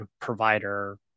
provider